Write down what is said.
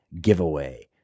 giveaway